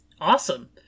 Awesome